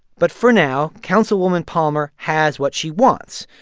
but for now, councilwoman palmer has what she wants.